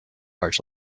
arch